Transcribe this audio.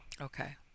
Okay